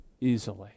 easily